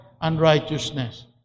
unrighteousness